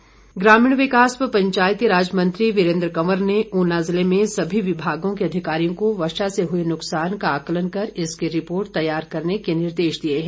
वीरेन्द्र कंवर ग्रामीण विकास व पंचायती राज मंत्री वीरेन्द्र कंवर ने ऊना जिले में सभी विभागों के अधिकारियों को वर्षा से हुए नुकसान का आकलन कर इसकी रिपोर्ट तैयार करने के निर्देश दिए हैं